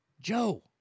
Joe